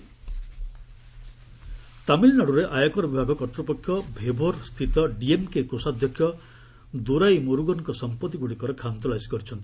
ଡିଏମ୍କେ ତାମିଲନାଡୁରେ ଆୟକର ବିଭାଗ କର୍ତ୍ତ୍ୱପକ୍ଷ ଭେଭୋର ସ୍ଥିତ ଡିଏମ୍କେ କୋଷାଧ୍ୟକ୍ଷ ଦୁରାଇମୁରୁଗନଙ୍କ ସମ୍ପଭିଗୁଡ଼ିକର ଖାନତଲାସୀ କରିଛନ୍ତି